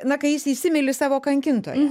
na kai jis įsimyli savo kankintoją